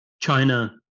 China